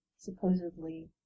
supposedly